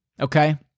okay